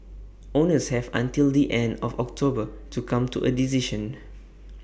owners have until the end of October to come to A decision